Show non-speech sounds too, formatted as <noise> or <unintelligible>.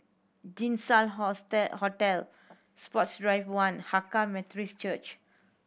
Jinshan <unintelligible> Hotel Sports Drive One Hakka Methodist Church